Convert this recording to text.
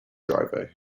driver